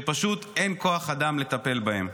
שפשוט אין כוח אדם לטפל בהם,